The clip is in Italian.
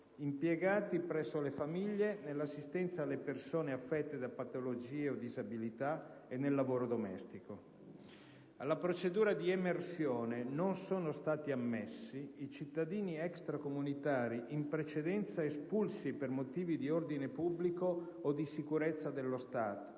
impiegati presso le famiglie nell'assistenza alle persone affette da patologie o disabilità e nel lavoro domestico. Alla procedura di emersione non sono stati ammessi i cittadini extracomunitari in precedenza espulsi per motivi di ordine pubblico o di sicurezza dello Stato,